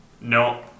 No